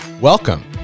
welcome